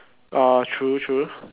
orh true true